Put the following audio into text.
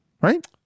right